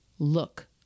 Look